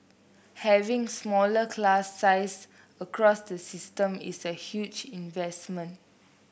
having smaller class sizes across the system is a huge investment